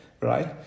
right